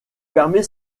permet